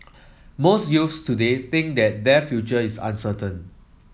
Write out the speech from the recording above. most youths today think that their future is uncertain